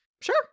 sure